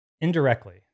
Indirectly